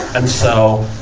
and so,